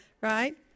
right